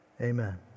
amen